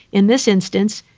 in this instance,